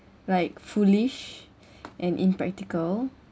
like foolish and impractical